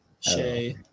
Shay